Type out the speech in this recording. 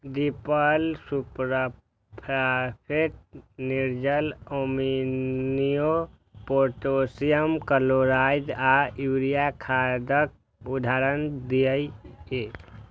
triple superphosphate, निर्जल ammonia, potassium chloride आ urea खादक उदाहरण छियै